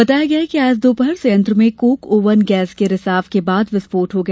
बताया गया कि आज दोपहर संयंत्र में कोक ओवन गैस के रिसाव के बाद विस्फोट हो गया